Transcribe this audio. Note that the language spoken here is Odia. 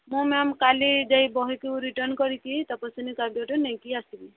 ମୁଁ ମ୍ୟାମ୍ କାଲି ଯାଇ ବହିକୁ ରିଟନ୍ କରିକି ତପସ୍ୱିନୀ କାବ୍ୟଟେ ନେଇକି ଆସିବି